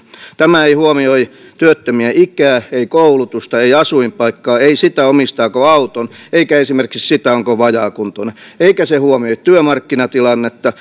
tämä ei huomioi työttömien ikää ei koulutusta ei asuinpaikkaa ei sitä omistaako auton eikä esimerkiksi sitä onko vajaakuntoinen eikä se huomioi työmarkkinatilannetta